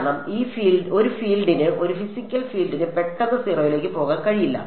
കാരണം ഒരു ഫീൽഡിന് ഒരു ഫിസിക്കൽ ഫീൽഡിന് പെട്ടെന്ന് 0 ലേക്ക് പോകാൻ കഴിയില്ല